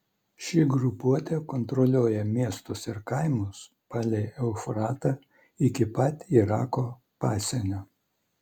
ši grupuotė kontroliuoja miestus ir kaimus palei eufratą iki pat irako pasienio